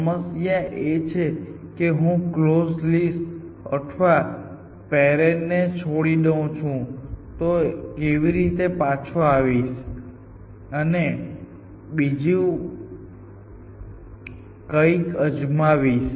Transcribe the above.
સમસ્યા એ છે કે જો હું કલોઝ લિસ્ટ અથવા પેરેન્ટ ને છોડી દઉં તો હું કેવી રીતે પાછો આવીશ અને બીજું કંઈક અજમાવીશ